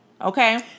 okay